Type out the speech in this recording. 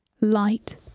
Light